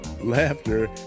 laughter